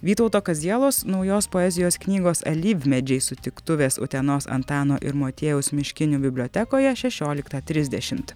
vytauto kazielos naujos poezijos knygos alyvmedžiai sutiktuvės utenos antano ir motiejaus miškinių bibliotekoje šešioliktą trisdešimt